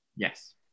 yes